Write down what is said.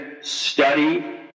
study